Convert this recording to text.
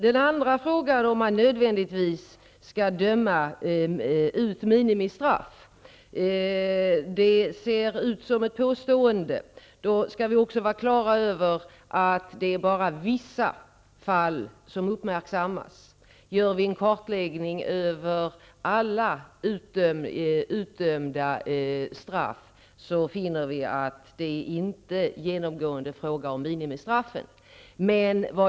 Den andra frågan, om man nödvändigtvis skall döma ut minimistraff, ser ut som ett påstående. Då skall vi också vara klara över att det bara är vissa fall som uppmärksammas. Gör vi en kartläggning över alla utdömda straff finner vi att det inte genomgående är fråga om minimistraff.